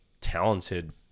talented